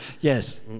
yes